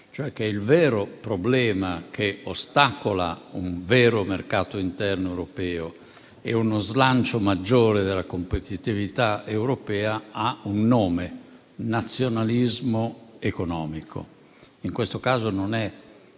cioè che il vero problema che ostacola un vero mercato interno europeo e uno slancio maggiore della competitività europea ha un nome: nazionalismo economico. In questo caso non è